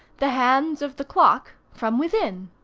the hands of the clock from within.